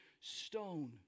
stone